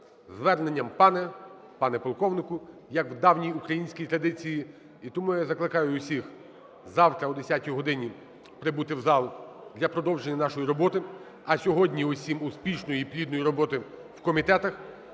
зверненням "пане", "пане полковнику", як в давній українській традиції. І тому я закликаю усіх завтра о 10 годині прибути в зал для продовження нашої роботи. А сьогодні усім успішної і плідної роботи в комітетах.